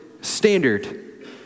standard